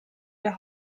der